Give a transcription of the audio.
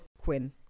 Quinn